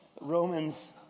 Romans